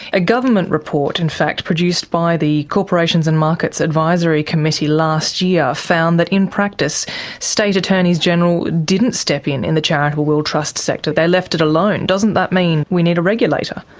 a government report, in fact, produced by the corporations and markets advisory committee last year found that in practice state attorneys general didn't step in in the charitable will trust sector, they left it alone. doesn't that mean we need a regulator?